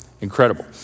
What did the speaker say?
Incredible